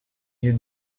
you